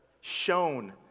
shown